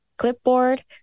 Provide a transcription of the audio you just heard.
clipboard